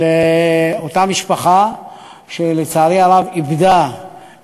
של אותה משפחה שלצערי הרב איבדה